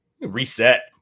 reset